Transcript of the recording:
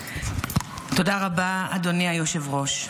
תודה רבה, אדוני היושב-ראש.